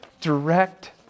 direct